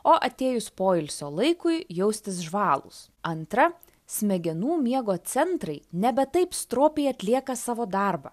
o atėjus poilsio laikui jaustis žvalūs antra smegenų miego centrai nebe taip stropiai atlieka savo darbą